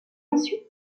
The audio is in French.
ensuite